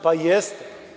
Pa jeste.